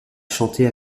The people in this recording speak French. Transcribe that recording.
chanter